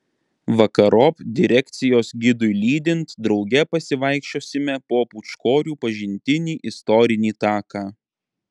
vakarop direkcijos gidui lydint drauge pasivaikščiosime po pūčkorių pažintinį istorinį taką